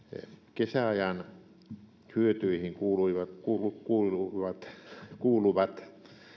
kesäajan hyötyihin kuuluvat kuuluvat